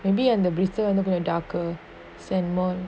maybe அந்த:antha brittle வந்து கொஞ்சோ:vanthu konjo darker sand more